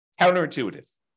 Counterintuitive